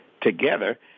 together